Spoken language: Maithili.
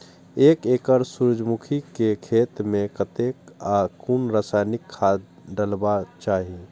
एक एकड़ सूर्यमुखी केय खेत मेय कतेक आ कुन रासायनिक खाद डलबाक चाहि?